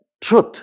truth